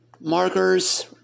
markers